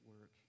work